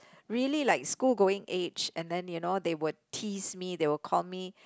really like school going age and then you know they would tease me they would call me